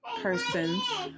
persons